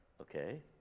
Okay